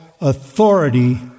authority